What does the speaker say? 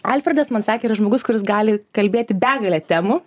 alfredas man sakė yra žmogus kuris gali kalbėti begale temų